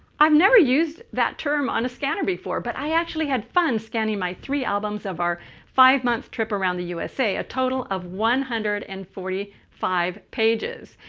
i've never used that term on a scanner before, but i actually had fun scanning my three albums of our five month trip around the usa, a total of one hundred and forty five pages.